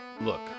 Look